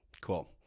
Cool